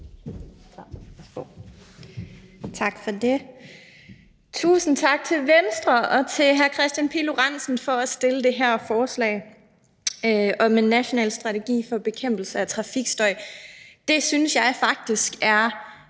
Tak for det. Tusind tak til Venstre og til hr. Kristian Pihl Lorentzen for at fremsætte det her forslag om en national strategi for bekæmpelse af trafikstøj. Det synes jeg faktisk er